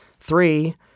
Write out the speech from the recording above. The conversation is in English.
Three